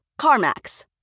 CarMax